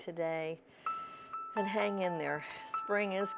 today and hang in there spring is